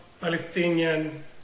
Palestinian